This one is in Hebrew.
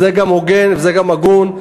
זה גם הוגן, זה גם הגון.